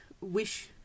wish